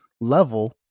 level